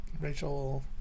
rachel